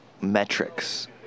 metrics